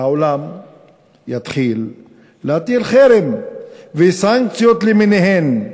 והעולם יתחיל להטיל חרם וסנקציות למיניהן,